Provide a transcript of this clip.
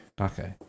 Okay